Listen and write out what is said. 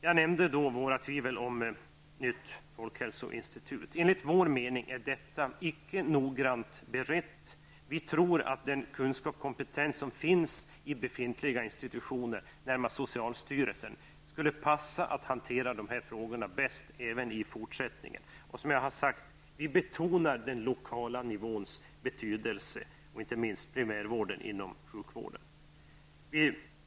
Jag nämnde våra tvivel om ett nytt folkhälsoinstitut. Enligt vår mening är detta icke noggrant berett. Vi tror att den kunskap och kompetens som de befintliga institutionerna har, närmare bestämt socialstyrelsen, är tillräcklig för att dessa skall kunna hantera de här frågorna även i fortsättningen. Vi betonar den lokala nivåns betydelse, inte minst primärvårdens betydelse inom sjukvården.